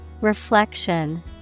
Reflection